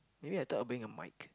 maybe I thought of bringing a mic